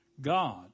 God